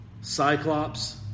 Cyclops